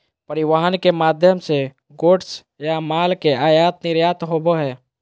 परिवहन के माध्यम से गुड्स या माल के आयात निर्यात होबो हय